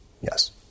yes